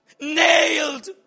nailed